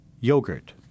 yogurt